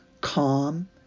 calm